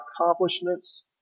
accomplishments